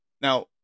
Now